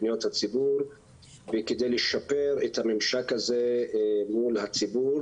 ופניות הציבור כדי לשפר את הממשק הזה מול הציבור